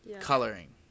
coloring